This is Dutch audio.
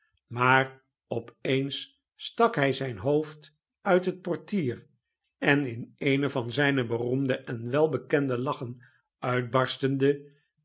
maar op eens stak hij zynhoofd uit het portier en in eene van zijne beroemde en welbekende lachen uitbarstende